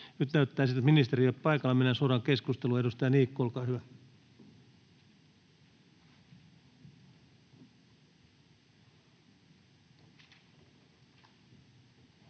siltä, että ministeri ei ole paikalla. Mennään suoraan keskusteluun. Edustaja Niikko, olkaa hyvä.